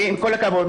עם כל הכבוד,